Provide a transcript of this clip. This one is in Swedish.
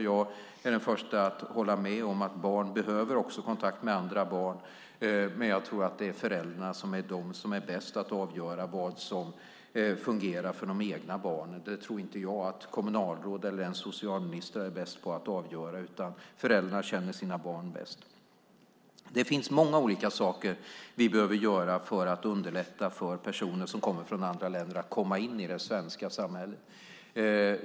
Jag är den förste att hålla med om att barn behöver kontakt med andra barn, men jag tror att det är föräldrarna som bäst avgör vad som fungerar för de egna barnen. Det tror inte jag att kommunalråd eller ens socialministrar är bäst på att avgöra, utan föräldrarna känner sina barn bäst. Det finns många olika saker vi behöver göra för att underlätta för personer som kommer från andra länder att komma in i det svenska samhället.